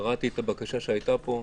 קראתי את הבקשה שהייתה פה,